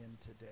today